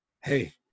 Hey